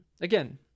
Again